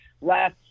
last